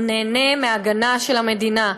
הוא נהנה מהגנה של המדינה.